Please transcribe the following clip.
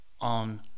on